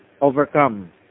overcome